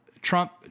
Trump